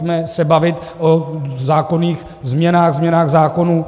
Pojďme se bavit o zákonných změnách, změnách zákonů.